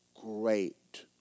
great